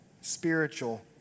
spiritual